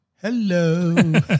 Hello